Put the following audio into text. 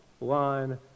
line